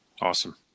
Awesome